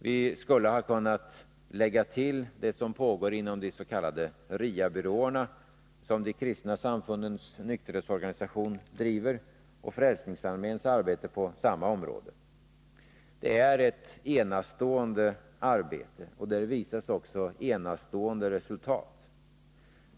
Vi skulle ha kunnat lägga till det arbete som pågår inom de s.k. RIA-byråerna, som de kristna samfundens nykterhetsorganisation bedriver, och Frälsningsarméns arbete på samma område. Det är ett enastående arbete, och det har också uppvisat enastående resultat.